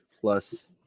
plus